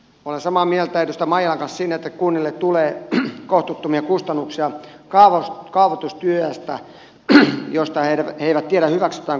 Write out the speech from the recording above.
olen samaa mieltä edustaja maijalan kanssa siinä että kunnille tulee kohtuuttomia kustannuksia kaavoitustyöstä josta ne eivät tiedä hyväksytäänkö sitä lainkaan vai ei